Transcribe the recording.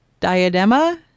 diadema